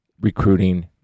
recruiting